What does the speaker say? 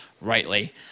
rightly